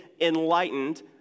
enlightened